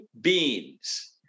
beans